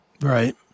right